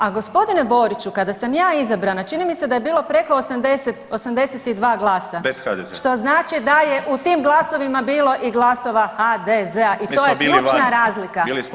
A gospodine Boriću kada sam ja izabrana čini mi se da je bilo preko 80, 82 glasa [[Upadica: Bez HDZ-a.]] što znači da je u tim glasovima bilo glasova HDZ-a [[Upadica: Mi smo bili vani, bili smo vani.]] i to je ključna razlika.